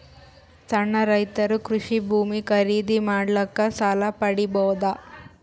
ಸಣ್ಣ ರೈತರು ಕೃಷಿ ಭೂಮಿ ಖರೀದಿ ಮಾಡ್ಲಿಕ್ಕ ಸಾಲ ಪಡಿಬೋದ?